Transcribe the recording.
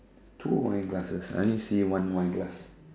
two wine glasses I only see one wine glass